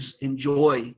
enjoy